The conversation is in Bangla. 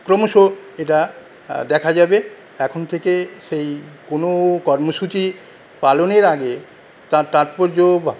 ক্রমশ এটা দেখা যাবে এখন থেকে সেই কোন কর্মসূচী পালনের আগে তার তাৎপর্য